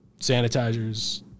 sanitizers